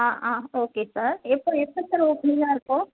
ஆ ஆ okay sir எப்போ எப்போ சார் ஓ ஃப்ரீயாக இருக்கும்